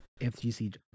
FGC